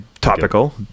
topical